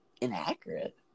inaccurate